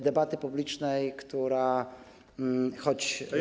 Debaty publicznej, która, choć krótka.